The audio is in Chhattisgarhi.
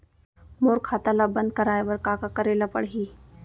मोर खाता ल बन्द कराये बर का का करे ल पड़ही?